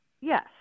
Yes